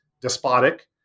despotic